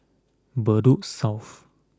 Bedok South